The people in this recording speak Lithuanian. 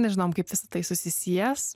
nežinom kaip visa tai susisies